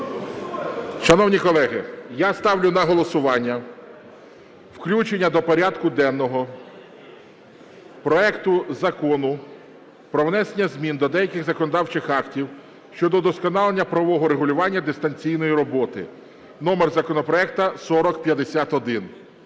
Шановні колеги, я ставлю на голосування включення до порядку денного проекту Закону про внесення змін до деяких законодавчих актів щодо удосконалення правового регулювання дистанційної роботи (номер законопроекту 4051).